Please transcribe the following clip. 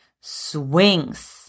swings